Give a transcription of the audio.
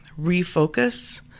refocus